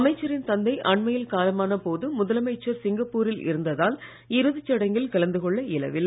அமைச்சரின் தந்தை அண்மையில் காலமான போது முதலமைச்சர் சிங்கப்பூரில் இருந்ததால் இறுதிச் சடங்கில் கலந்து கொள்ள இயலவில்லை